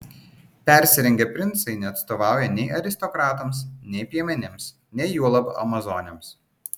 persirengę princai neatstovauja nei aristokratams nei piemenims nei juolab amazonėms